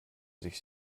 sich